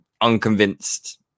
unconvinced